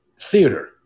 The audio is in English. theater